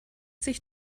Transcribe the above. sich